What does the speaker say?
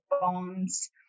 bonds